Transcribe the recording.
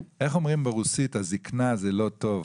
לזה שהזקנה זה לא טוב,